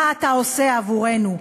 מה אתה עושה עבורנו?